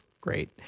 Great